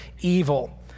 evil